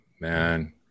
man